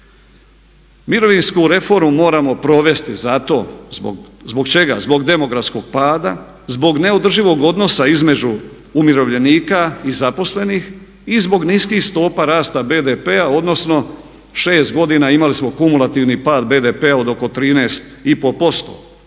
Mirovinsku reformu moramo provesti zato. Zbog čega? Zbog demografskog pada, zbog neodrživog odnosa između umirovljenika i zaposlenih i zbog niskih stopa rasta BDP-a odnosno 6 godina imali smo kumulativni pad BDP-a od oko 13,5%.